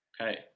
Okay